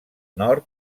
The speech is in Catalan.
nord